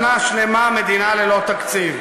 שנה שלמה, מדינה ללא תקציב.